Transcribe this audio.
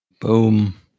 Boom